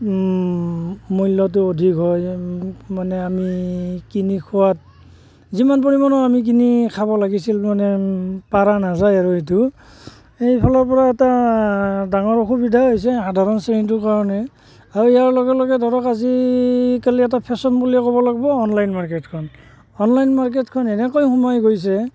মূল্যটো দি হয় মানে আমি কিনি খোৱাত যিমান পৰিমাণৰ আমি কিনি খাব লাগিছিল মানে পাৰা নাযায় আৰু এইটো সেইফালৰ পৰা এটা ডাঙৰ অসুবিধা হৈছে সাধাৰণ শ্ৰেণীটোৰ কাৰণে আৰু ইয়াৰ লগে লগে ধৰক আজিকালি এটা ফেশ্বন বুলিয়ে ক'ব লাগিব অনলাইন মাৰ্কেটখন অনলাইন মাৰ্কেটখন এনেকৈ সোমাই গৈছে